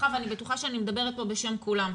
ואני בטוחה שאני מדברת כאן בשם כולם.